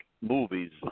movies